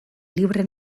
libre